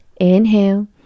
inhale